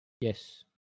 Yes